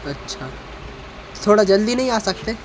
अच्छा थोड़ा जल्दी नहीं आ सकते